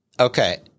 okay